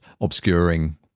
obscuring